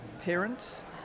parents